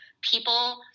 people